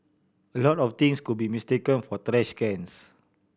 a lot of things could be mistaken for trash cans